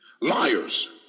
Liars